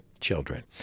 children